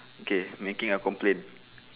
okay making a complain